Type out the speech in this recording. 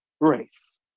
race